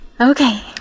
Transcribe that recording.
Okay